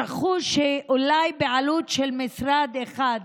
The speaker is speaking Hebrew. שכחו שאולי בעלות של משרד אחד,